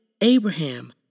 Abraham